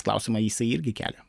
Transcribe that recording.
klausimą jisai irgi kelia